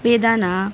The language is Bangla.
বেদানা